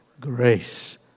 grace